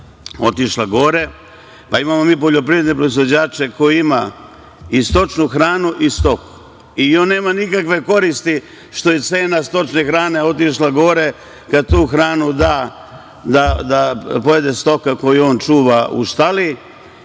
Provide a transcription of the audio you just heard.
otišla gore, pa imamo mi poljoprivredne proizvođače koji imaju i stočnu hranu i stoku i oni nemaju nikakve koristi što je cena stočne hrane otišla gore kada tu hranu daju da pojede stoka koju oni čuvaju u štali